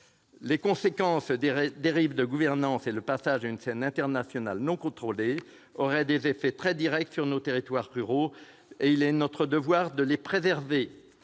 Les conséquences des dérives de gouvernance et le passage à une scène internationale non contrôlée pourraient avoir des effets très directs sur nos territoires ruraux, qu'il est de notre devoir de préserver.